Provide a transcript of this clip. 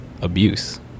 abuse